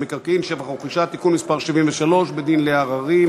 מקרקעין (שבח ורכישה) (תיקון מס' 73) (בית-דין לעררים),